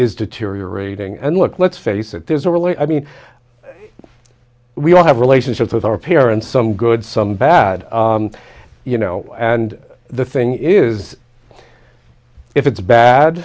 is deteriorating and look let's face it there's a real i mean we all have relationships with our parents some good some bad you know and the thing is if it's bad